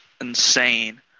insane